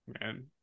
Man